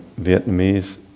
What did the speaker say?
Vietnamese